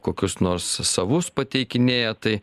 kokius nors savus pateikinėja tai